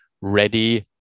ready